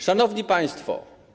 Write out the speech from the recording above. Szanowni Państwo!